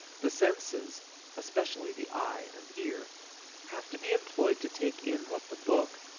the senses especially the eye and ear have to be employed to take in what the book,